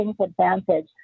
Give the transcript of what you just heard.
advantage